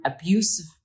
abusive